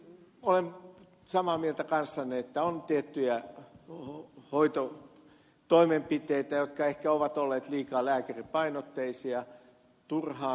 olen samaa mieltä kanssanne että on tiettyjä hoitotoimenpiteitä jotka ehkä ovat olleet liikaa lääkäripainotteisia turhaan